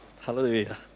hallelujah